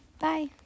Bye